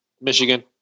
Michigan